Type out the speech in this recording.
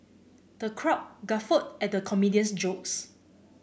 the crowd guffawed at the comedian's jokes